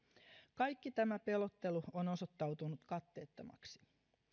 kaikki tämä pelottelu on osoittautunut katteettomaksi